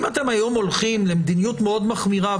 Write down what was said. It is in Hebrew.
אם אתם הולכים למדיניות מאוד מחמירה,